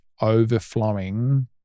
overflowing